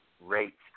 rates